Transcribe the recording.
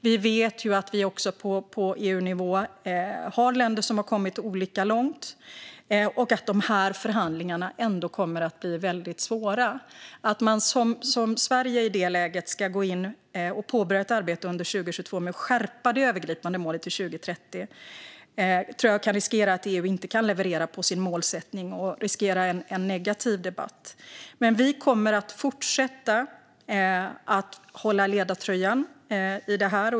Vi vet också att vi på EU-nivå har länder som har kommit olika långt och att förhandlingarna kommer att bli väldigt svåra. Om Sverige i det läget går in och påbörjar ett arbete under 2022 med att skärpa det övergripande målet till 2030 tror jag att det kan riskera att EU inte kan leverera på sin målsättning. Det kan också riskera en negativ debatt. Vi kommer dock att fortsätta att ha ledartröjan i detta.